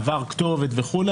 עבר כתובות וכולי,